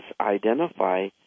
identify